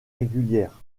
régulière